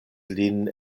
lin